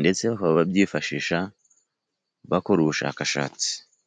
ndetse bakaba babyifashisha bakora ubushakashatsi.